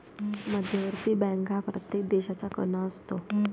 मध्यवर्ती बँक हा प्रत्येक देशाचा कणा असतो